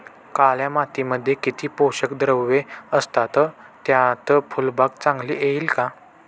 काळ्या मातीमध्ये किती पोषक द्रव्ये असतात, त्यात फुलबाग चांगली येईल का?